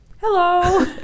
Hello